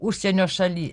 užsienio šaly